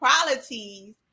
qualities